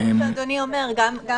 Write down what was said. נכון, מה שאדוני אומר, גם